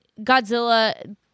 Godzilla